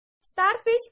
Starfish